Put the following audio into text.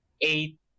eight